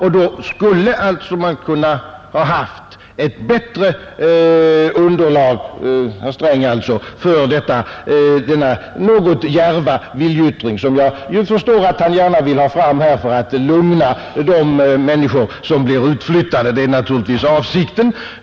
Då skulle man ha haft ett bättre underlag — herr Sträng också — för denna något djärva viljeyttring, som jag förstår att han gärna vill ha fram för att lugna de människor som blir utflyttade. Det är naturligtvis avsikten.